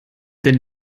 denn